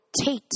Tate